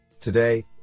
Today